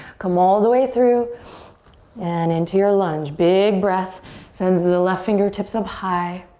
come all the way through and into your lunge. big breath sends the the left fingertips up high.